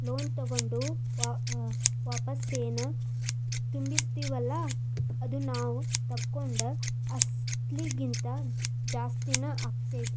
loan ತಗೊಂಡು ವಾಪಸೆನ್ ತುಂಬ್ತಿರ್ತಿವಲ್ಲಾ ಅದು ನಾವ್ ತಗೊಂಡ್ ಅಸ್ಲಿಗಿಂತಾ ಜಾಸ್ತಿನ ಆಕ್ಕೇತಿ